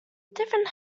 different